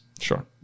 Sure